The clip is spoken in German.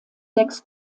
sechs